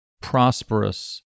prosperous